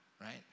right